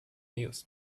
news